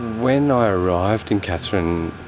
when ah i arrived in katherine,